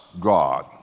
God